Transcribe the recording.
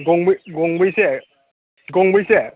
गंबैसे गंबैसे